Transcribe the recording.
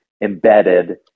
embedded